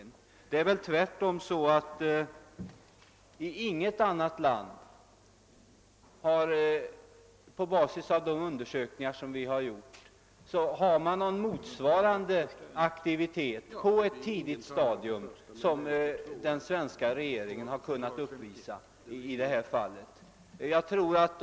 På basis av de undersökningar som vi gjort vågar jag tvärtom påstå att man inte i något annat land haft någon aktivitet på ett tidigt stadium motsvarande den som den svenska regeringen kunnat uppvisa i det här fallet.